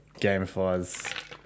gamifies